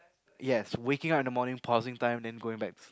yes waking up in the morning pausing time then going back